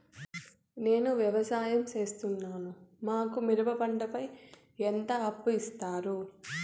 నేను వ్యవసాయం సేస్తున్నాను, మాకు మిరప పంటపై ఎంత అప్పు ఇస్తారు